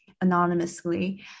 anonymously